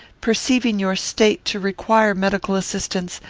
perceiving your state to require medical assistance,